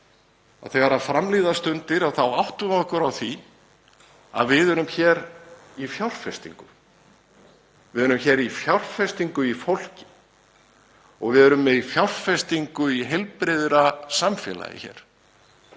að þegar fram líða stundir þá áttum við okkur á því að við erum hér í fjárfestingum. Við erum í fjárfestingu í fólki og við erum með fjárfestingu í heilbrigðara samfélagi hér